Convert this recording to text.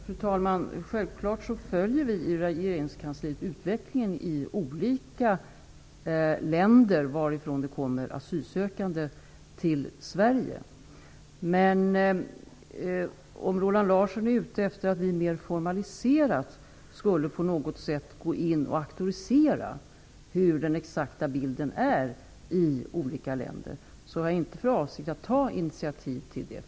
Fru talman! Självfallet följer vi i regeringskansliet utvecklingen i olika länder varifrån det kommer asylsökande till Sverige. Men om Roland Larsson är ute efter att vi på ett mer formalierat sätt skulle gå in och auktorisera den exakta bilden i olika länder, vill jag säga att jag inte har för avsikt att ta initiativ till det.